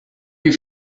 you